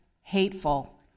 hateful